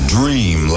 dream